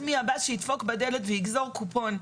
מי הבא שידפוק לי בדלת ויגזור קופון.